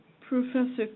Professor